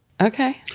Okay